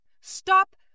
Stop